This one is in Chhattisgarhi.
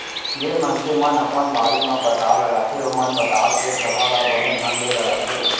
जेन मनसे मन अपन बाड़ी म पताल लगाथें ओमन पताल के थरहा ल बने ढंग ले लगाथें